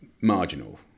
marginal